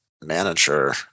manager